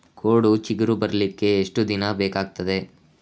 ಕೋಡು ಚಿಗುರು ಬರ್ಲಿಕ್ಕೆ ಎಷ್ಟು ದಿನ ಬೇಕಗ್ತಾದೆ?